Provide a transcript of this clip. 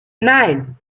nine